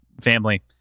family